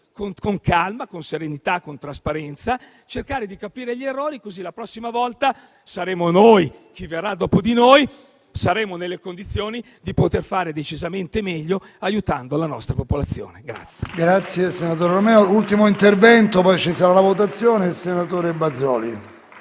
con calma, serenità e trasparenza cercare di capire gli errori, così la prossima volta saremo - noi o chi verrà dopo di noi - nelle condizioni di poter fare decisamente meglio, aiutando la nostra popolazione.